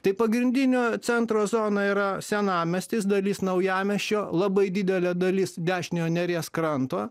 tai pagrindinio centro zona yra senamiestis dalis naujamiesčio labai didelė dalis dešiniojo neries kranto